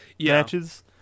matches